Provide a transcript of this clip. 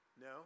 No